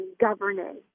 governing